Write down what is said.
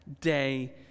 day